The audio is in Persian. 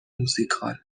موزیکال